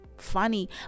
funny